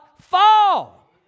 fall